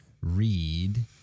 read